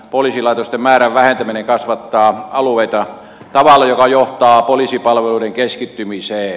poliisilaitosten määrän vähentäminen kasvattaa alueita tavalla joka johtaa poliisipalveluiden keskittymiseen